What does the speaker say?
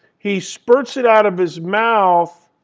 he spurts it out of his mouth